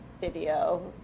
video